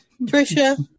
Trisha